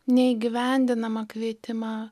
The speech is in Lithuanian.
neįgyvendinamą kvietimą